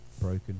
broken